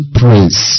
praise